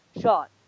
shot